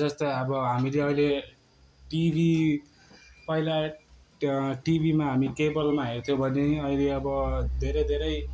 जस्तै अब हामीले अहिले टिभी पहिला टिभीमा हामी केबलमा हेर्थ्यौँ भने अहिले अब धेरै धेरै